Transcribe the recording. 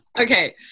Okay